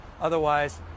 Otherwise